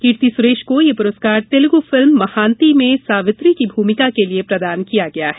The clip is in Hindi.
कीर्ति सुरेश को यह पुरस्कार तेलुगू फिल्म महांती में सावित्री की भूमिका के लिए प्रदान किया गया है